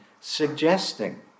suggesting